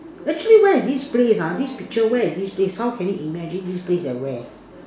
actually where is this place ah this picture where is this place how can you imagine this place at where